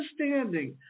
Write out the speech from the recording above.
Understanding